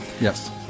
Yes